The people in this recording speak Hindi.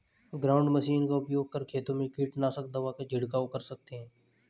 ग्राउंड मशीन का उपयोग कर खेतों में कीटनाशक दवा का झिड़काव कर सकते है